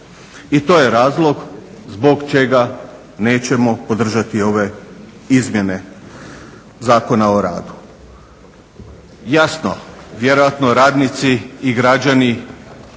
I to je razlog zbog čega nećemo podržati ove izmjene Zakona o radu. Jasno, vjerojatno radnici i građani